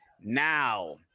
Now